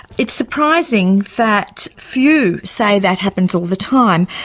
it's surprising that few say that happens all the time.